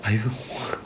!aiyo!